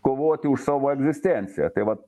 kovoti už savo egzistenciją tai vat